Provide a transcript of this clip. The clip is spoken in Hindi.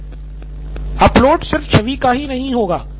सिद्धार्थ मटूरी अपलोड सिर्फ छवि का ही नहीं हो सकेगा